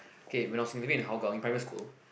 okay when I was living in Hougang in primary school